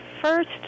first